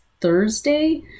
Thursday